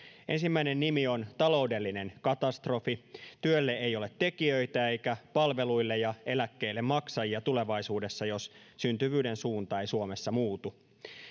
ensimmäinen nimi on taloudellinen katastrofi työlle ei ole tekijöitä eikä palveluille ja eläkkeille maksajia tulevaisuudessa jos syntyvyyden suunta ei suomessa muutu